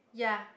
yeah